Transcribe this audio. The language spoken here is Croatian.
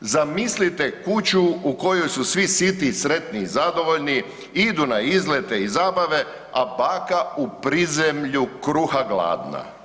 Zamislite kuću u kojoj su svi siti i sretni i zadovoljni, idu na izlete i zabave a baka u prizemlju kruha gladna.